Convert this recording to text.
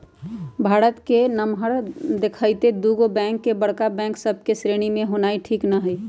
भारत के नमहर देखइते दुगो बैंक के बड़का बैंक सभ के श्रेणी में होनाइ ठीक न हइ